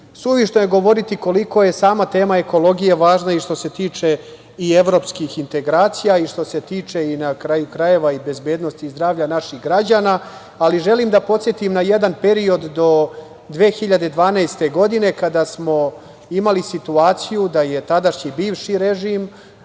jeste. Suvišno je govoriti koliko je sama tema ekologije važna i što se tiče evropskih integracija i što se tiče, na kraju krajeva, bezbednosti zdravlja naših građana, ali želim da podsetim na jedan period do 2012. godine kada smo imali situaciju da je tadašnji bivši režim,